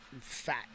fat